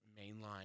mainline